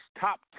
Top